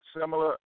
similar